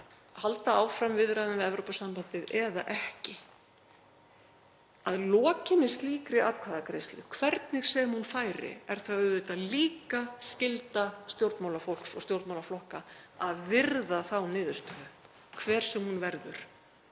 halda áfram viðræðum við Evrópusambandið eða ekki. Að lokinni slíkri atkvæðagreiðslu, hvernig sem hún færi, er það auðvitað líka skylda stjórnmálafólks og stjórnmálaflokka að virða þá niðurstöðu hver sem hún verður.